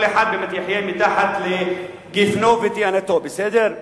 כל אחד יחיה תחת גפנו ותאנתו, בסדר?